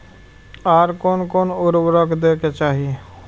आर कोन कोन उर्वरक दै के चाही?